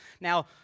now